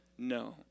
no